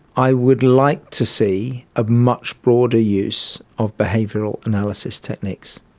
i would like to see a much broader use of behavioural analysis techniques.